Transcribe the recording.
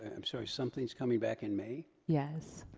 i'm sorry, something's coming back in may? yes.